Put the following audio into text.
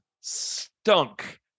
stunk